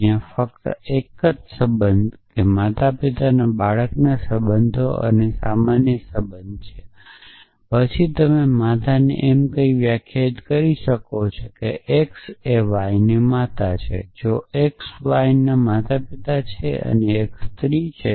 ત્યાં ફક્ત 1 સંબંધ માતાપિતાના બાળકના સંબંધો અને સામાન્ય સંબંધ છે પછી તમે માતાને m કહીને વ્યાખ્યાયિત કરી શકો છો કે x એ yની માતા છે અને x સ્ત્રી છે